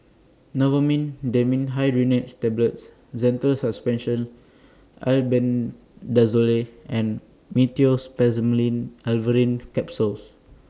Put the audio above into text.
Novomin Dimenhydrinate's Tablets Zental Suspension Albendazole and Meteospasmyl Alverine Capsules